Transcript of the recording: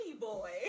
Boy